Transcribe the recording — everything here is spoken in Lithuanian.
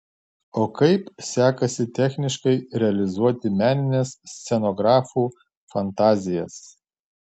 o kaip sekasi techniškai realizuoti menines scenografų fantazijas